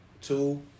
two